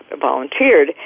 volunteered